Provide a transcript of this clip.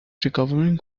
recovering